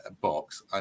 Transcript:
box